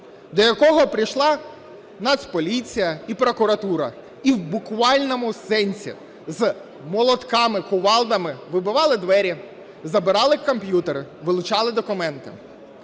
до якого прийшла Нацполіція і прокуратура, і в буквальному сенсі з молотками, кувалдами вибивали двері, забирали комп'ютери, вилучали документи.